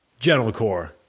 Gentlecore